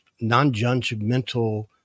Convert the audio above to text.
non-judgmental